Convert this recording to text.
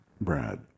Brad